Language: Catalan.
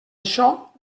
això